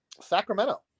Sacramento